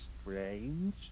strange